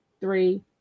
three